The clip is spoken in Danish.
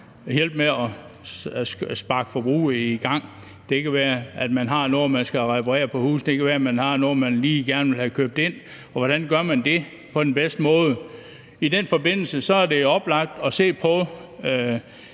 hjælpe med at sparke forbruget i gang. Det kan være, at der er noget på huset, der skal repareres. Det kan være, at der er noget, man gerne vil have købt ind. Hvordan gør man det på den bedste måde? I den forbindelse er det oplagt at se på